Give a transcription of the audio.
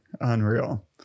Unreal